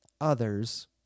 others